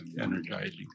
energizing